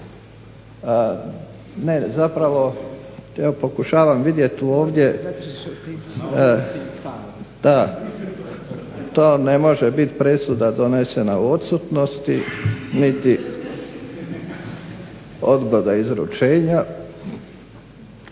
mišljenje. Pokušavam vidjeti ovdje, to ne može biti presuda donesena u odsutnosti niti odgoda izručenja.